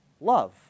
Love